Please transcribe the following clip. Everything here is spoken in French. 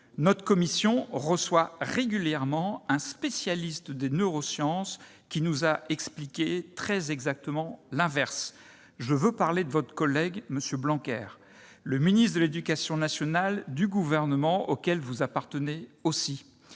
Notre commission reçoit régulièrement un spécialiste des neurosciences qui nous a expliqué très exactement l'inverse. Je veux parler de votre collègue Jean-Michel Blanquer, ministre de l'éducation nationale du gouvernement auquel vous appartenez aussi.